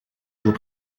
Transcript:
vous